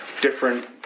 different